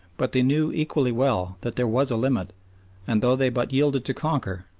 but they knew equally well that there was a limit and, though they but yielded to conquer,